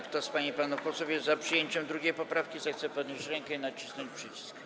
Kto z pań i panów posłów jest za przyjęciem 2. poprawki, zechce podnieść rękę i nacisnąć przycisk.